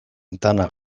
dena